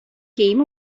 came